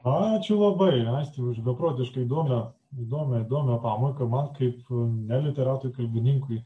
ačiū labai aiste už beprotiškai įdomią įdomią įdomią pamoka man kaip ne literatui kalbininkui